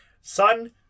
Son